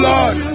Lord